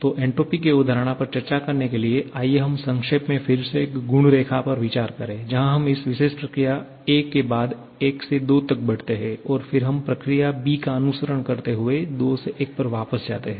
तो एन्ट्रापी की अवधारणा पर चर्चा करने के लिए आइए हम संक्षेप में फिर से एक गुण आरेख पर विचार करें जहाँ हम इस विशेष प्रक्रिया a के बाद 1 से 2 तक बढ़ते हैं और फिर हम प्रक्रिया b का अनुसरण करते हुए 2 से 1 पर वापस जाते हैं